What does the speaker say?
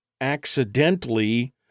accidentally